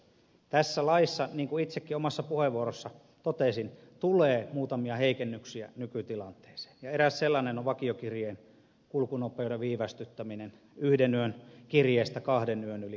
tässä laissa niin kun itsekin omassa puheenvuorossani totesin tulee muutamia heikennyksiä nykytilanteeseen ja eräs sellainen on vakiokirjeen kulkunopeuden viivästyttäminen yhden yön kirjeestä kahden yön yli toimitettavaksi